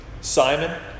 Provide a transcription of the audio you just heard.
Simon